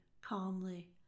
calmly